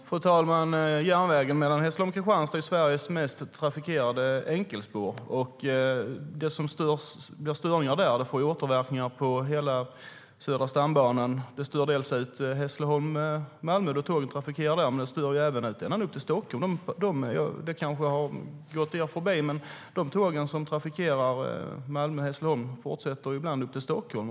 Fru talman! Järnvägen mellan Hässleholm och Kristianstad är Sveriges mest trafikerade enkelspår. Blir det störningar där får det återverkningar på hela Södra stambanan. Det stör bland annat ut Hässleholm-Malmö, då tågen trafikerar där, men det stör även ut ända upp till Stockholm. Det kanske har gått er förbi, men de tåg som trafikerar sträckan Malmö-Hässleholm fortsätter ibland upp till Stockholm.